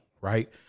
right